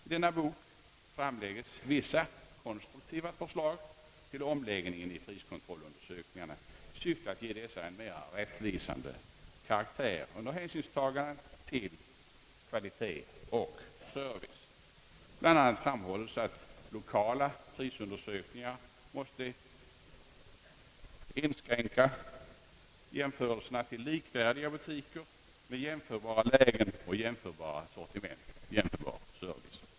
I denna bok framläggs vissa konstruktiva förslag till omläggning av priskontrollundersökningarna syftande till en mera rättvisande karaktär under hänsynstagande till kvalitet och service. Bland annat framhålles att lokala prisundersökningar måste inskränka jämförelserna till likvärdiga butiker med jämförbara lägen, jämförbara sortiment och jämförbar service.